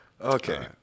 Okay